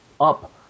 up